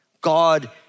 God